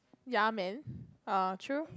ya man err true